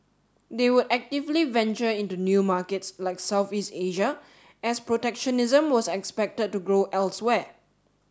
they would actively venture into new markets like Southeast Asia as protectionism was expected to grow elsewhere